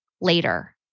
later